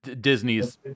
Disney's